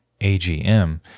AGM